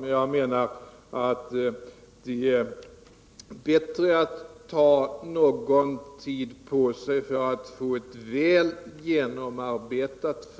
Men jag menar att det är bättre att ta någon tid på sig för att få fram ett väl genomarbetat,